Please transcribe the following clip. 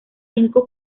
cinco